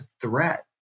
threat